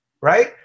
Right